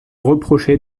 reproché